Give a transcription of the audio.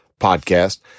podcast